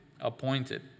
Appointed